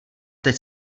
teď